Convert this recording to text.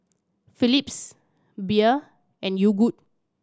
Philips Bia and Yogood